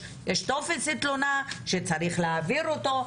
יש טופס תלונה שצריך להעביר אותו,